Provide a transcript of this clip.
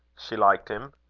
she liked him,